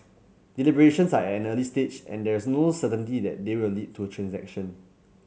deliberations are at an early stage and there's no certainty they will lead to a transaction